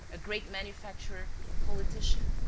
a great manufacturer, a politician.